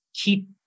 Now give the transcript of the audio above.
keep